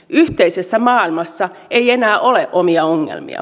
yhteisessä maailmassa ei enää ole omia ongelmia